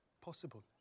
possible